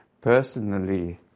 personally